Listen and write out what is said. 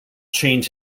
change